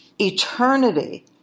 eternity